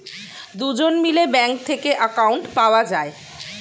দুজন মিলে ব্যাঙ্ক থেকে অ্যাকাউন্ট পাওয়া যায়